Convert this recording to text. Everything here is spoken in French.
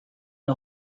une